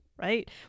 right